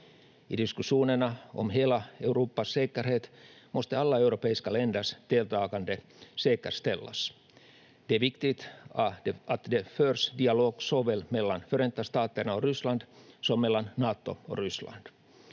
I diskussionerna om hela Europas säkerhet måste alla europeiska länders deltagande säkerställas. Det är viktigt att det förs dialog såväl mellan Förenta staterna och Ryssland som mellan Nato och Ryssland.